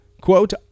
Quote